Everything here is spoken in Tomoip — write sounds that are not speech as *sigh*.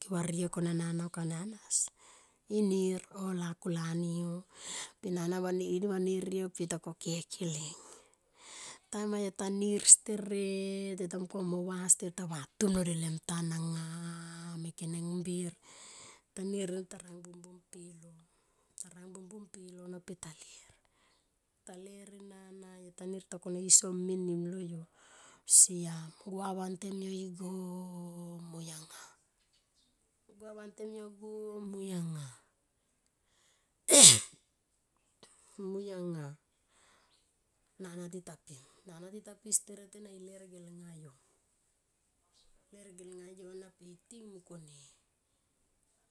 Ke van yo koma anas inir on la kula ni on. Pe nana vanir yo pe yo ta. Ko keki ling. Timanga yo ta nir steret yo tota monkone mo va steret ta va tum lo delem ntan anga me keneng bir. Tanir ena ta rang bum pilo. ta rang bum bum pilo na pe ta ler. ta ler ena na yo. Siam sua vantem yo igo mui anga. gua vantem yo igo mui anga *noise* mui anga nana ti ta pim nana tita pi steret ena i ler delnga yo. Ler delnga yo na per i ting mung kone